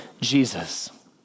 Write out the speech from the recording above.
Jesus